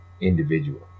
Individual